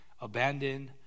abandoned